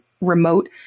remote